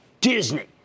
disney